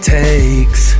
takes